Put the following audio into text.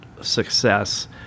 success